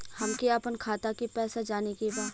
हमके आपन खाता के पैसा जाने के बा